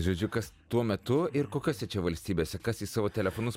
žodžiu kas tuo metu ir kokiose čia valstybėse kas į savo telefonus